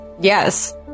Yes